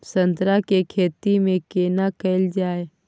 संतरा के खेती केना कैल जाय?